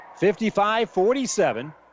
55-47